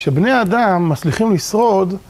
כשבני האדם מצליחים לשרוד